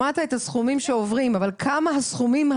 שמעת את הסכומים שעוברים אבל כמה הסכומים,